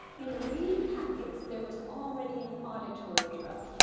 in the reading packets there was already an auditory drill.